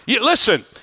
listen